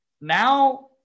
now